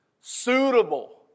suitable